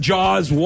Jaws